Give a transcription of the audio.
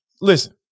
Listen